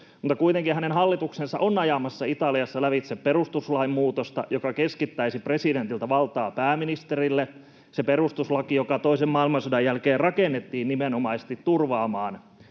Kuitenkin hänen hallituksensa on ajamassa Italiassa lävitse perustuslain muutosta, joka keskittäisi presidentiltä valtaa pääministerille. Se perustuslaki rakennettiin toisen maailmansodan jälkeen nimenomaisesti turvaamaan